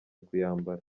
kuyambara